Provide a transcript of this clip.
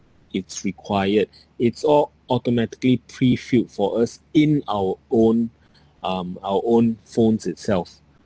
it's required it's all automatically pre-filled for us in our own um our own phones itself